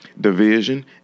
Division